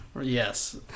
yes